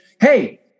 hey